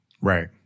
Right